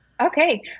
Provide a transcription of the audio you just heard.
Okay